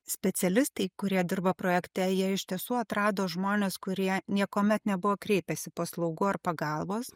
specialistai kurie dirba projekte jie iš tiesų atrado žmones kurie niekuomet nebuvo kreipęsi paslaugų ar pagalbos